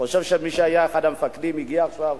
אני חושב שמי שהיה אחד המפקדים הגיע עכשיו,